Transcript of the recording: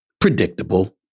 Predictable